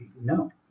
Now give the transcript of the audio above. no